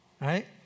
Right